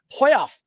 playoff